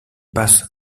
passe